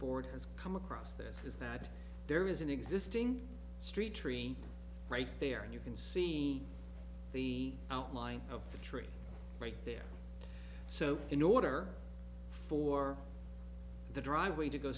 board has come across this is that there is an existing street tree right there and you can see the outline of the tree right there so in order for the driveway to go